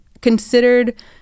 considered